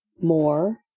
More